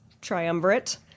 triumvirate